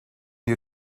you